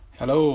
Hello